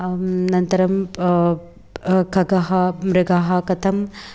अनन्तरं खगः मृगः कथं